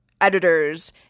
editors